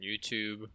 youtube